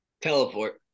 Teleport